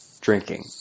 Drinking